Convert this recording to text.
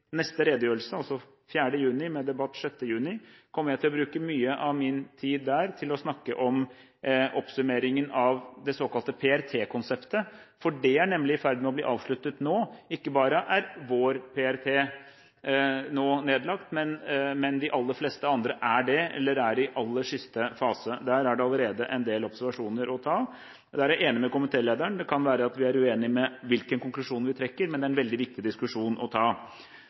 neste redegjørelse, altså den 4. juni med debatt 6. juni, kommer jeg til å bruke mye av min tid til å snakke om oppsummeringen av det såkalte PRT-konseptet, for det er nemlig i ferd med å bli avsluttet nå. Ikke bare er vår PRT nå nedlagt, men de aller fleste andre er det eller er i aller siste fase. Der er det allerede en del observasjoner å ta. Der er jeg enig med komitélederen: Det kan være at vi er uenig om hvilken konklusjon vi trekker, men det er en viktig diskusjon å ta.